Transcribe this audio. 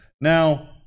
Now